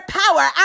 power